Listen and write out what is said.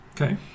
Okay